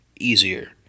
easier